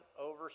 over